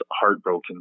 heartbroken